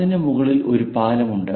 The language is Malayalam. അതിന് മുകളിൽ ഒരു പാലമുണ്ട്